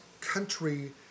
country